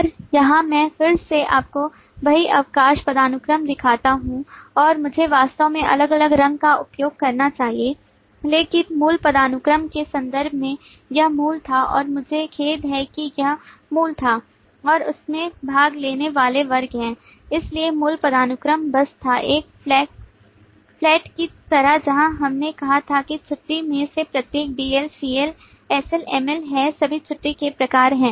और यहाँ मैं फिर से आपको वही अवकाश पदानुक्रम दिखाता हूं और मुझे वास्तव में अलग अलग रंग का उपयोग करना चाहिए लेकिन मूल पदानुक्रम के संदर्भ में यह मूल था और मुझे खेद है कि यह मूल था और इसमें भाग लेने वाले वर्ग हैं इसलिए मूल पदानुक्रम बस था एक फ्लैट की तरह जहां हमने कहा था कि छुट्टी में से प्रत्येक DL CL SL ML है सभी छुट्टी के प्रकार हैं